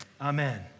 Amen